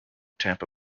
tampa